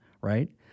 right